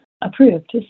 approved